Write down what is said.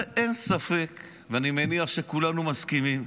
אין ספק, ואני מניח שכולנו מסכימים,